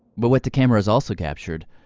but what the cameras also captured